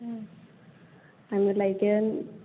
आंनो लायगोन